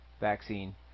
vaccine